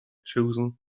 chosen